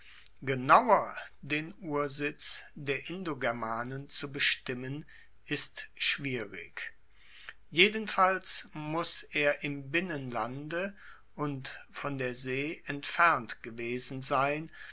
genauer den ursitz der indogermanen zu bestimmen ist schwierig jedenfalls muss er im binnenlande und von der see entfernt gewesen sein